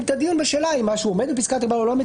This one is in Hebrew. את הדיון בשאלה אם זה מה שעומד בפסקת ההגבלה או לא עומד